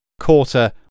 quarter